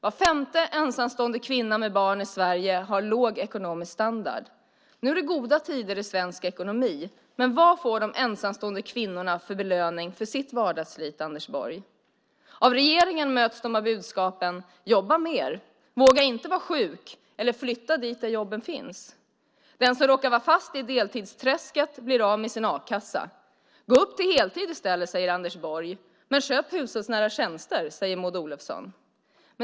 Var femte ensamstående kvinna med barn i Sverige har låg ekonomisk standard. Nu är det goda tider i svensk ekonomi, men vad får de ensamstående kvinnorna för belöning för sitt vardagsslit, Anders Borg? Av regeringen möts de av budskapen jobba mer, våga inte vara sjuk eller flytta dit där jobben finns. Den som råkar vara fast i deltidsträsket blir av med sin a-kassa. Gå upp till heltid i stället, säger Anders Borg. Köp hushållsnära tjänster, säger Maud Olofsson.